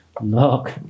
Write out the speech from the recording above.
look